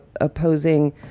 opposing